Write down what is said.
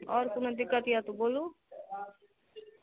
आओर कोनो दिक्कत यए तऽ बोलू